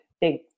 big